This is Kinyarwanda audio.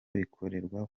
bikorerwa